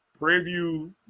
preview